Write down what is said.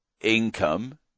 income